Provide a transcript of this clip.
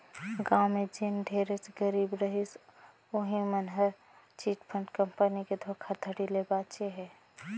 गाँव में जेन ढेरेच गरीब रहिस उहीं मन हर चिटफंड कंपनी के धोखाघड़ी ले बाचे हे